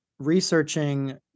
researching